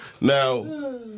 Now